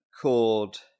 called